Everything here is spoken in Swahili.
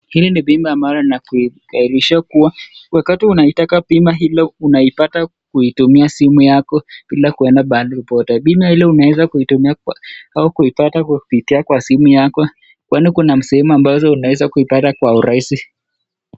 Hili ni bima ambayo ina kukarahisisha kuwa wakati unaitaka bima hiyo unaipata kuitumia simu yako bila kwenda pahali popote. Bima ile unaweza kuitumia au kuipata kupitia kwa simu yako kwani kuna sehemu ambazo unaweza kuipata kwa urahisi.